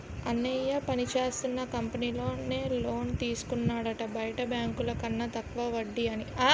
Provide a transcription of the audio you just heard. అన్నయ్య పనిచేస్తున్న కంపెనీలో నే లోన్ తీసుకున్నాడట బయట బాంకుల కన్న తక్కువ వడ్డీ అని